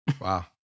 Wow